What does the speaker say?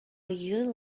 you